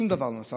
שום דבר לא נעשה.